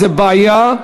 זו בעיה,